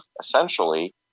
essentially